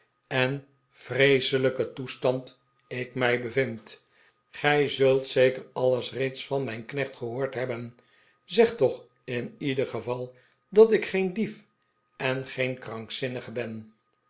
en yreeseliiken toestand ik mij bevind gij zult zeker alles reeds van mijn knecht gehoord hebben zeg toch in ieder geval dat ik geen dief en geen krankzinnige ben